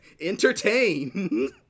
entertain